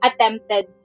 attempted